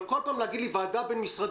אבל כל פעם להגיד לי: ועדה בין-משרדית,